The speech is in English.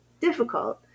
difficult